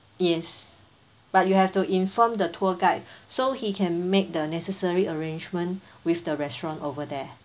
yes but you have to inform the tour guide so he can make the necessary arrangements with the restaurant over there